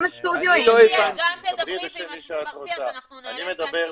את גם תדברי ואם את תתפרצי אז אנחנו ניאלץ להפסיק את זה,